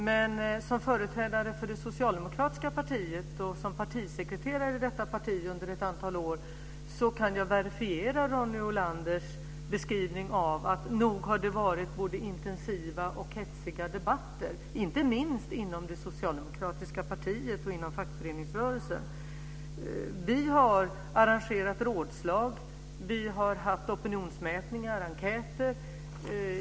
Men som företrädare för det socialdemokratiska partiet och som partisekreterare i detta parti under ett antal år kan jag verifiera Ronny Olanders beskrivning av att det har varit både intensiva och hetsiga debatter, inte minst inom det socialdemokratiska partiet och inom fackföreningsrörelsen. Vi har arrangerat rådslag. Vi har haft opinionsmätningar och enkäter.